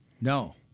No